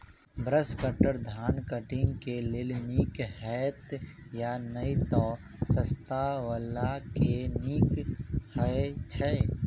Brush cutter धान कटनी केँ लेल नीक हएत या नै तऽ सस्ता वला केँ नीक हय छै?